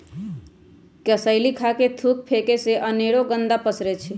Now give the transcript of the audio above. कसेलि खा कऽ थूक फेके से अनेरो गंदा पसरै छै